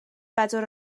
bedwar